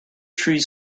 trees